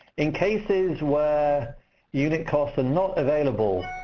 in cases where unit costs are not available,